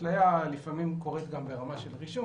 התלייה לפעמים קורית גם ברמה של רישום,